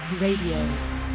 Radio